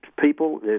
people